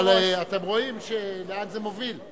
אבל אתם רואים לאן זה מוביל.